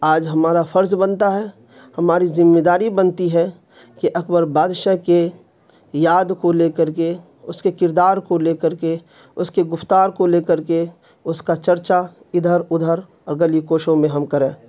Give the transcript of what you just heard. آج ہمارا فرض بنتا ہے ہماری ذمہ داری بنتی ہے کہ اکبر بادشاہ کے یاد کو لے کر کے اس کے کردار کو لے کر کے اس کے گفتار کو لے کر کے اس کا چرچہ ادھر ادھر اور گلی کوشوں میں ہم کریں